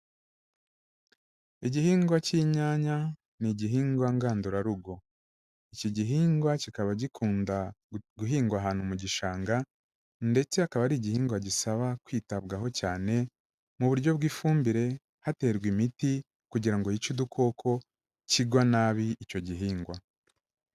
Igihingwa cy'inyanya ni igihingwa ngandurarugo, iki gihingwa kikaba gikunda guhingwa ahantu mu gishanga ndetse akaba ari igihingwa gisaba kwitabwaho cyane mu buryo bw'ifumbire, haterwa imiti kugira ngo yice udukoko kigwa nabi icyo gihingwa.